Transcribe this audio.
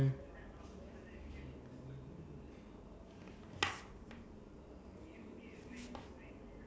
mm